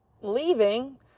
leaving